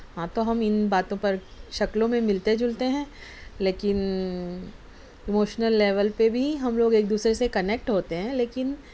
ہاں تو ہم ان باتوں پر شکلوں میں ملتے جلتے ہیں لیکن ایموشنل لیول پہ بھی ہم لوگ ایک دوسرے سے کنیکٹ ہوتے ہیں لیکن